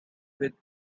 with